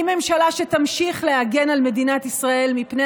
ממשלה שתמשיך להגן על מדינת ישראל מפני